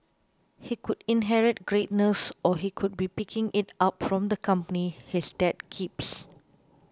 he could inherit greatness or he could be picking it up from the company his dad keeps